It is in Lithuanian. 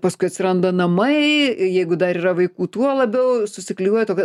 paskui atsiranda namai jeigu dar yra vaikų tuo labiau susiklijuoja tokia